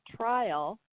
trial